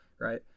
right